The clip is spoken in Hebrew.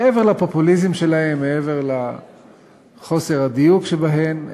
מעבר לפופוליזם שלהן, מעבר לחוסר הדיוק שבהן,